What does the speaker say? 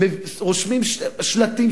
רושמים שלטים,